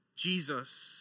Jesus